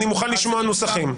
אני מוכן לשמוע נוסחים.